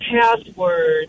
password